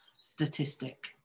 statistic